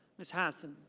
ms. hassan.